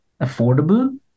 affordable